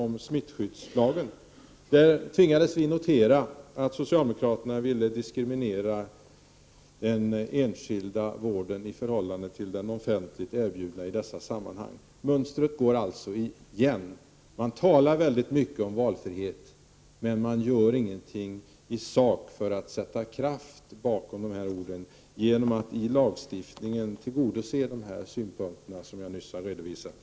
Vi tvingades i fråga om detta ärende konstatera att socialdemokraterna vill diskriminera den enskilda vården i förhållande till den offentligt erbjudna i dessa sammanhang. Mönstret går igen, dvs. socialdemokraterna talar mycket om valfrihet men gör ingenting i sak för att sätta kraft bakom orden, genom att i lagstiftningen tillgodose de synpunkter som jag nyss har redovisat.